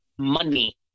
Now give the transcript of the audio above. money